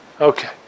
okay